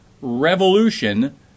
revolution